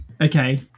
Okay